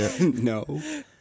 No